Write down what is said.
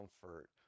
comfort